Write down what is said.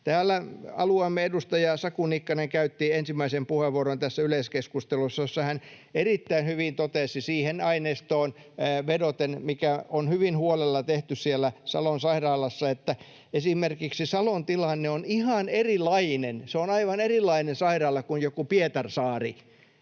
Täällä alueemme edustaja Saku Nikkanen käytti tässä yleiskeskustelussa ensimmäisen puheenvuoron, jossa hän erittäin hyvin totesi siihen vedoten aineistoon — mikä on hyvin huolella tehty siellä Salon sairaalassa — että esimerkiksi Salon tilanne on ihan erilainen. Se on aivan erilainen sairaala kuin joku Pietarsaari,